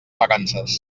vacances